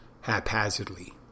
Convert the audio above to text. haphazardly